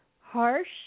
harsh